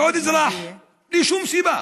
ועוד אזרח, בלי שום סיבה.